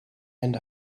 and